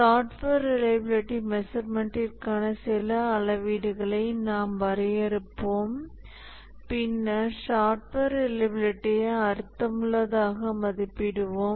software reliability மெஷர்மென்ட்டிற்கான சில அளவீடுகளை நாம் வரையறுப்போம் பின்னர் சாஃப்ட்வேர் ரிலையபிலிட்டியை அர்த்தமுள்ளதாக மதிப்பிடுவோம்